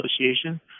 Association